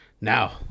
Now